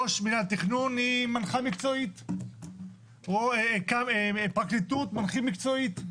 ראש מינהל התכנון --- או פרקליטות מנחים מקצועית.